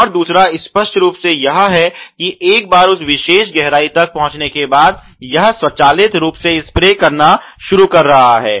और दूसरा स्पष्ट रूप से यह है कि एक बार उस विशेष गहराई तक पहुंचने के बाद यह स्वचालित रूप से स्प्रे करना शुरू कर रहा है